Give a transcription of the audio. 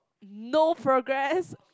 no progress